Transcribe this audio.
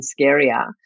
scarier